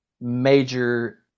major